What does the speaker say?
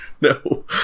No